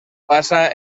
passa